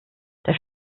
der